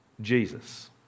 Jesus